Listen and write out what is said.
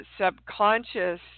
subconscious